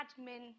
admin